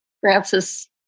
Francis